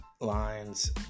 lines